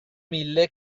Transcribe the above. mille